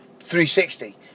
360